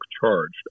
charged